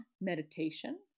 meditation